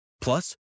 Plus